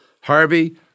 Harvey